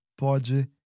Pode